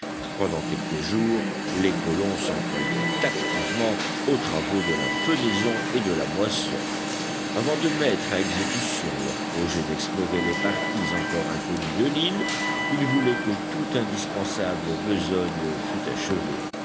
pendant quelques jours les colons s'employèrent activement aux travaux de la fenaison et de la moisson avant de mettre à exécution leur projet d'explorer les parties encore inconnues de l'île ils voulaient que toute indispensable besogne fût achevée